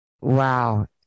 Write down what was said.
Wow